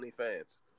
OnlyFans